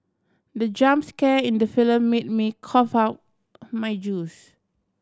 the jump scare in the film made me cough out my juice